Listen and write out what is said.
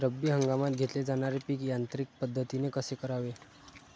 रब्बी हंगामात घेतले जाणारे पीक यांत्रिक पद्धतीने कसे करावे?